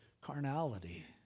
carnality